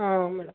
ಹಾಂ ಮೇಡಮ್